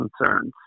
concerns